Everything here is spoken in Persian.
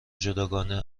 جداگانه